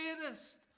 greatest